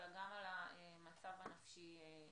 על המצב הנפשי,